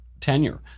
tenure